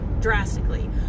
drastically